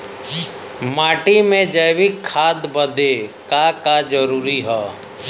माटी में जैविक खाद बदे का का जरूरी ह?